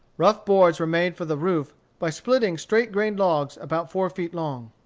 rough boards were made for the roof by splitting straight-grained logs about four feet long.